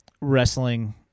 wrestling